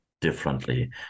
differently